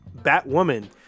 Batwoman